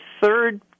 third